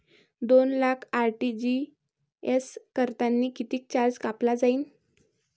दोन लाख आर.टी.जी.एस करतांनी कितीक चार्ज कापला जाईन?